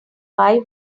wife